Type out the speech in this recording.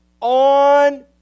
On